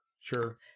Sure